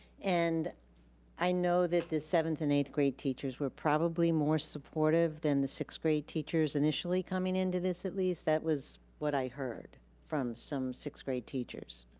and i know that the seventh and eighth grade teachers were probably more supportive than the sixth grade teachers initially coming into this, at least. that was what i heard from some sixth grade teachers.